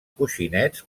coixinets